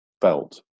felt